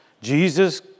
Jesus